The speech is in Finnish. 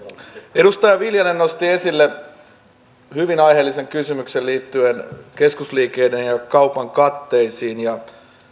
edustaja viljanen nosti esille hyvin aiheellisen kysymyksen liittyen keskusliikkeiden ja ja kaupan katteisiin ja